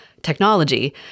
technology